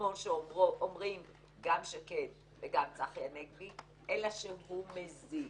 כמו שאומרים גם שקד וגם צחי הנגבי, אלא שהוא מזיק.